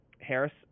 Harris